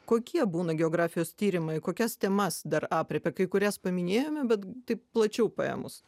kokie būna geografijos tyrimai kokias temas dar aprėpia kai kurias paminėjome bet taip plačiau paėmus